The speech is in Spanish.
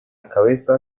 cabeza